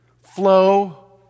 flow